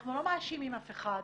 אנחנו לא מאשימים אף אחד,